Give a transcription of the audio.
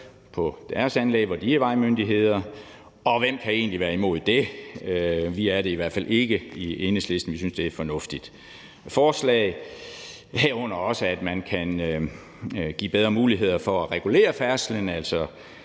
på deres anlæg, hvor de er vejmyndigheder. Og hvem kan egentlig være imod det? Vi er det i hvert fald ikke i Enhedslisten. Vi synes, det er et fornuftigt forslag, herunder også, at man kan give bedre muligheder for at regulere færdslen,